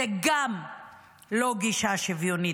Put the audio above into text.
גם זו לא גישה שוויונית,